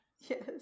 Yes